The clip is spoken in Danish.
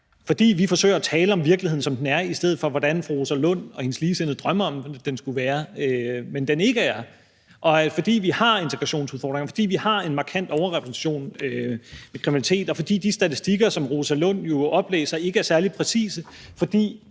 andet. Vi forsøger at tale om virkeligheden, som den er, i stedet for, hvordan fru Rosa Lund og hendes ligesindede drømmer om den skulle være, men ikke er. Vi har integrationsudfordringer, og vi har en markant overrepræsentation i kriminalitet. De statistikker, som fru Rosa Lund oplæser, er ikke særlig præcise, fordi